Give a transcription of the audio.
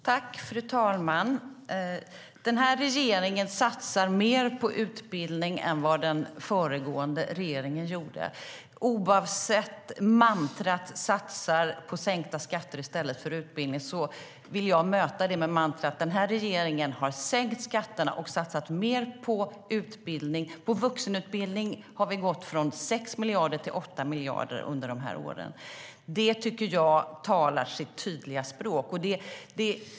Fru talman! Den här regeringen satsar mer på utbildning än vad den föregående regeringen gjorde. Oavsett mantrat "satsar på sänkta skatter i stället för utbildning" vill jag möta det med mantrat: Den här regeringen har sänkt skatterna och satsat mer på utbildning. På vuxenutbildning har vi gått från 6 miljarder till 8 miljarder under de här åren. Det tycker jag talar sitt tydliga språk.